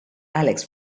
alex